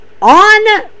On